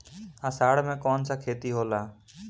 अषाढ़ मे कौन सा खेती होला?